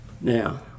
now